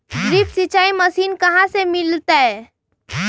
Drip सिंचाई machine कहाँ से मिलतै?